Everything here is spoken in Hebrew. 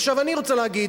עכשיו, אני רוצה להגיד,